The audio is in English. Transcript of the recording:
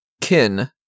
Kin